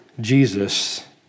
Jesus